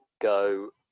go